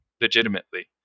legitimately